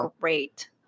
great